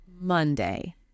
Monday